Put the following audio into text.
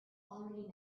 already